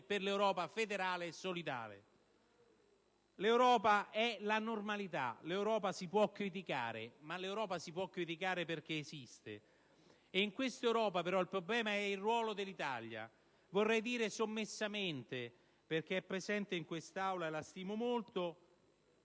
per l'Europa federale e solidale. L'Europa è la normalità. L'Europa la si può criticare, ma lo si può fare perché esiste. E in questa Europa il problema è rappresentato dal ruolo dell'Italia. Vorrei dire sommessamente - perché è presente in quest'Aula, e la stimo molto